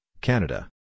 Canada